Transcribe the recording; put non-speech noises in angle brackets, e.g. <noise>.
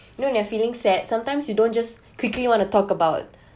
<breath> you know when feeling sad sometimes you don't just quickly you wanna talk about <breath>